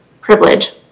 privilege